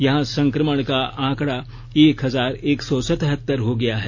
यहां संक्रमण का आंकड़ा एक हजार एक सौ सतहत्तर हो गया है